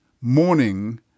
morning